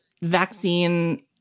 vaccine